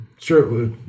Sure